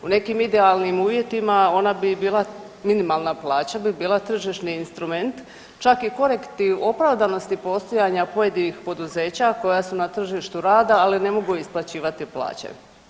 U nekim idealnim uvjetima ona bi bila, minimalna plaća bi bila tržišni instrument čak i korektiv opravdanosti postojanja pojedinih poduzeća koja su na tržištu rada ali ne mogu isplaćivati plaće.